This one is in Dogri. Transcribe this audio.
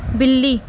बिल्ली